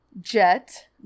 Jet